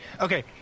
Okay